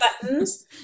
buttons